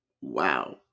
Wow